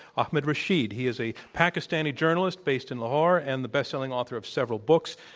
ahmed rashid. he is a pakistani journalist based in lahore and the bestselling author of several books,